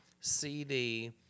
CD